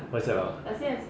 what's that uh